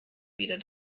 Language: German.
wieder